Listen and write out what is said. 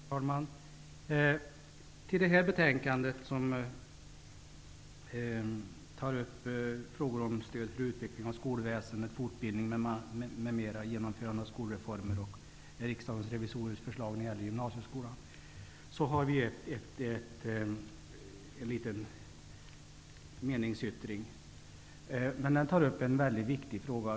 Herr talman! Till detta betänkande -- där det tas upp frågor om stöd för utveckling av skolväsendet, fortbildning m.m., genomförande av skolreformer och Riksdagens revisorers förslag när det gäller gymnasieskolan -- är en meningsyttring från oss fogad. I meningsyttringen tar vi upp en väldigt viktig fråga.